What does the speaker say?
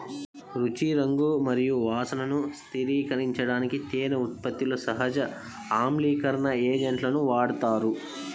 రుచి, రంగు మరియు వాసనను స్థిరీకరించడానికి తేనె ఉత్పత్తిలో సహజ ఆమ్లీకరణ ఏజెంట్లను వాడతారు